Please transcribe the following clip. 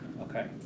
Okay